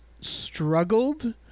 struggled